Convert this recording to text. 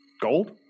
Gold